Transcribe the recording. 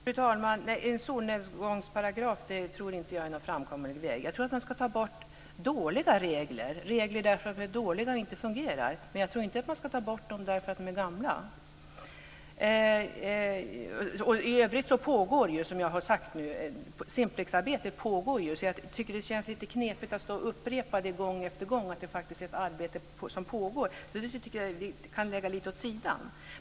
Fru talman! Jag tror inte att en solnedgångsparagraf är en framkomlig väg. Man ska ta bort dåliga regler som inte fungerar, men jag tror inte att man ska ta bort dem bara för att de är gamla. I övrigt pågår Simplexarbetet. Det känns onödigt att behöva upprepa gång på gång att det pågår ett arbete. Jag tycker att vi kan lägga den frågan åt sidan.